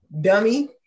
Dummy